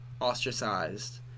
ostracized